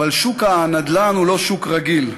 אבל שוק הנדל"ן הוא לא שוק רגיל,